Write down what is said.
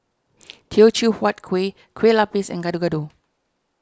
Teochew Huat Kuih Kueh Lapis and Gado Gado